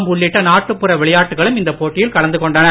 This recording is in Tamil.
ஆகியவை நாட்டுப்புற விளையாட்டுகளும் இந்த போட்டியில் கலந்து கொண்டன